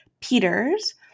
Peters